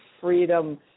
freedom